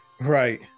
right